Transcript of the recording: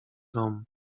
dom